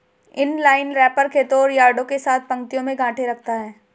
inline wrapper खेतों और यार्डों के साथ पंक्तियों में गांठें रखता है